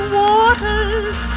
waters